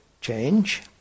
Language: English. change